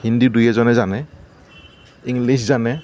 হিন্দী দুই এজনে জানে ইংলিছ জানে